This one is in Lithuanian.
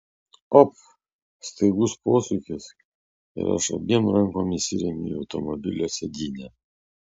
op staigus posūkis ir aš abiem rankom įsiremiu į automobilio sėdynę